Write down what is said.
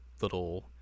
little